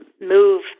move